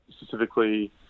specifically –